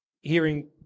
hearing